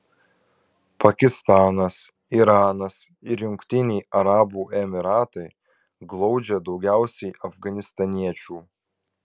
pakistanas iranas ir jungtiniai arabų emyratai glaudžia daugiausiai afganistaniečių